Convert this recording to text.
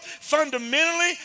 fundamentally